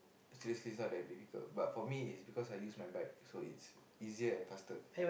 seriously it sound that difficult but for me is because I use wipe my so it's easier and faster